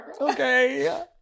Okay